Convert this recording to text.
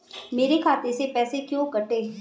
मेरे खाते से पैसे क्यों कटे?